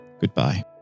goodbye